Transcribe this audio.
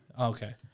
Okay